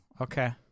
Okay